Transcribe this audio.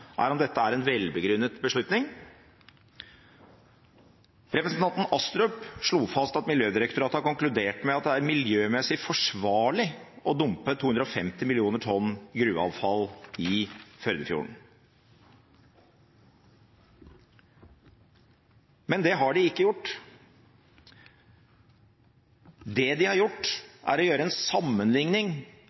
er om dette er en velbegrunnet beslutning. Representanten Astrup slo fast at Miljødirektoratet har konkludert med at det er miljømessig forsvarlig å dumpe 250 millioner tonn gruveavfall i Førdefjorden. Men det har de ikke gjort. Det de har gjort, er å foreta en sammenligning